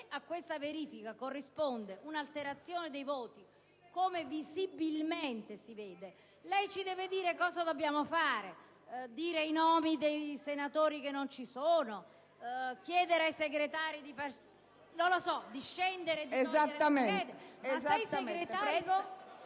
a questa verifica corrisponde un'alterazione dei voti, come visibilmente si vede, lei ci deve dire cosa dobbiamo fare: dire i nomi dei senatori che non ci sono, chiedere ai Segretari di scendere dal banco della Presidenza?